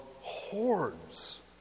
hordes